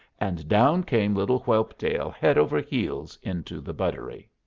and down came little whelpdale head over heels into the buttery.